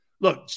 look